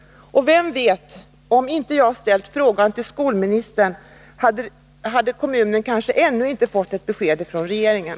Och vem vet — om jag inte ställt min fråga till skolministern, hade kommunen kanske ännu inte fått något besked från regeringen!